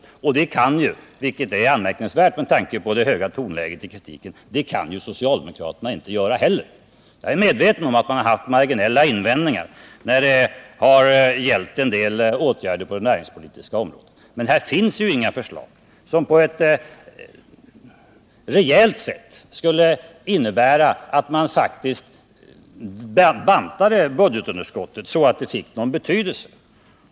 Det kan ju inte socialdemokraterna göra heller, vilket är anmärkningsvärt med tanke på det höga tonläget i kritiken. Jag är medveten om att man har haft marginella invändningar när det har gällt en del åtgärder på det näringspolitiska området, men här finns ju inga förslag som skulle innebära att man faktiskt bantade budgetunderskottet så att det fick någon betydelse.